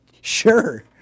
sure